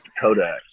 Kodak